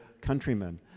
countrymen